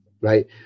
right